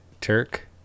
Turk